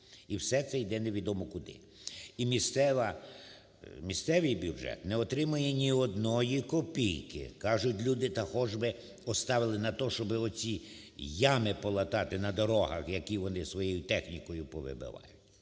і все це йде невідомо куди. І місцева... місцевий бюджет не отримує ні одної копійки. Кажуть люди, та хоч би оставили на те, щоби оці ями полатати на дорогах, які вони своєю технікою повибивають.